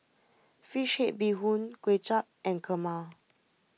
Fish Head Bee Hoon Kuay Chap and Kurma